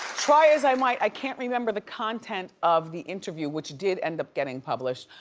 try as i might, i can't remember the content of the interview which did end up getting published.